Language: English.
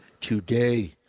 today